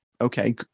okay